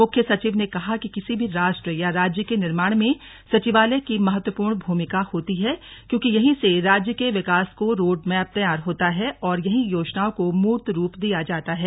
मुख्य सचिव ने कहा कि किसी भी राष्ट्र या राज्य के निर्माण में सचिवालय की महत्वपूर्ण भूमिका होती है क्योंकि यहीं से राज्य के विकास का रोडमैप तैयार होता है और यहीं योजनाओं को मूर्त रूप दिया जाता है